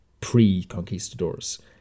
pre-conquistadors